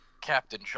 Captain